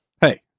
hey